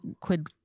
quid